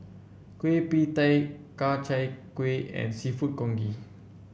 Kueh Pie Tee Ku Chai Kuih and seafood congee